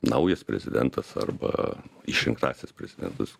naujas prezidentas arba išrinktasis prezidentas